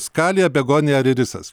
skalija begonija ar irisas